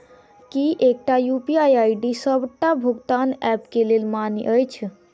की एकटा UPI ID D सबटा भुगतान ऐप केँ लेल मान्य अछि?